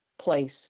place